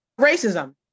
Racism